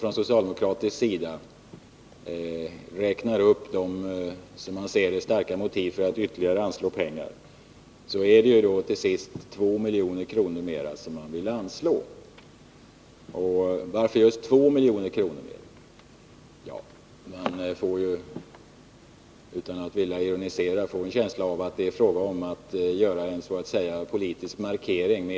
Från socialdemokratisk sida räknar man upp de, som man säger, starka motiven för att anslå ytterligare pengar. Men det är till sist ändå 2 milj.kr. mera man vill anslå. Varför just 2 milj.kr.? Dessa två miljoner skall kontrasteras mot de 586 milj.kr. som det totalt är fråga om.